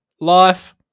life